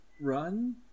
run